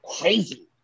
crazy